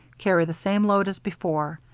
carry the same load as before.